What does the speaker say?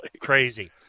Crazy